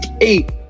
eight